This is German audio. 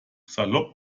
salopp